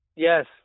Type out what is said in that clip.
Yes